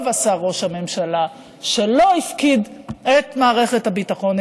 טוב עשה ראש הממשלה שלא הפקיד את מערכת הביטחון,